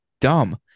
dumb